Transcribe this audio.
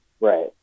Right